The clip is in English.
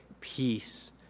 peace